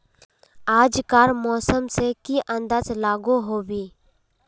आज कार मौसम से की अंदाज लागोहो होबे?